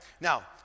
Now